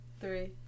Three